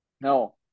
No